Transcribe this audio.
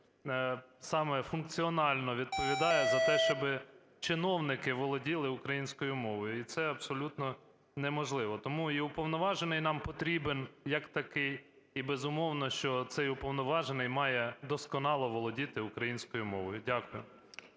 саме функціонально відповідає за те, щоби чиновники володіли українською мовою. І це абсолютно неможливо. Тому і уповноважений нам потрібен як такий, і безумовно, що цей уповноважений має досконало володіти українською мовою. Дякую.